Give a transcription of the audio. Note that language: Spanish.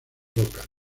rocas